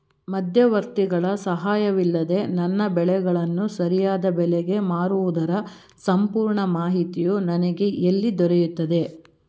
ಮಧ್ಯವರ್ತಿಗಳ ಸಹಾಯವಿಲ್ಲದೆ ನನ್ನ ಬೆಳೆಗಳನ್ನು ಸರಿಯಾದ ಬೆಲೆಗೆ ಮಾರುವುದರ ಸಂಪೂರ್ಣ ಮಾಹಿತಿಯು ನನಗೆ ಎಲ್ಲಿ ದೊರೆಯುತ್ತದೆ?